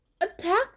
attack